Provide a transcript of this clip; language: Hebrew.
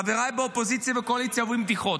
חבריי באופוזיציה ובקואליציה אוהבים בדיחות.